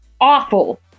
awful